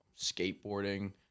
skateboarding